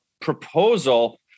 proposal